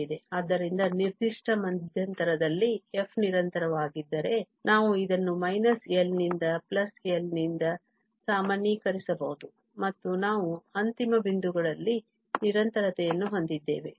ಆದ್ದರಿಂದ ನಿರ್ದಿಷ್ಟ ಮಧ್ಯಂತರದಲ್ಲಿ f ನಿರಂತರವಾಗಿದ್ದರೆ ನಾವು ಇದನ್ನು −L ನಿಂದ L ನಿಂದ ಸಾಮಾನ್ಯೀಕರಿಸಬಹುದು ಮತ್ತು ನಾವು ಅಂತಿಮ ಬಿಂದುಗಳಲ್ಲಿ ನಿರಂತರತೆಯನ್ನು ಹೊಂದಿದ್ದೇವೆ ಅದು f π f π